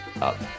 up